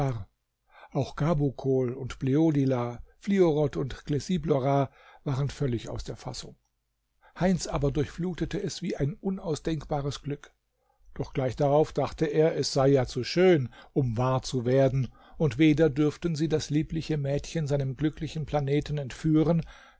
auch gabokol und bleodila fliorot und glessiblora waren völlig aus der fassung heinz aber durchflutete es wie ein unausdenkbares glück doch gleich darauf dachte er es sei ja zu schön um wahr zu werden und weder dürften sie das liebliche mädchen seinem glücklichen planeten entführen